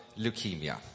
leukemia